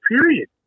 period